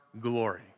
glory